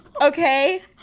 Okay